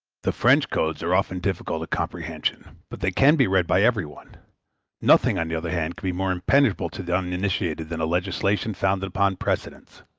the french codes are often difficult of comprehension, but they can be read by every one nothing, on the other hand, can be more impenetrable to the uninitiated than a legislation founded upon precedents.